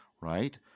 right